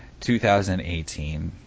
2018